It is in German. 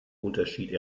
unterschied